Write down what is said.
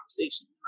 conversation